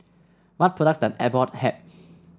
what products does Abbott have